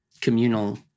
communal